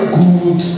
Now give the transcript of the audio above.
good